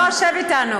בוא, שב איתנו.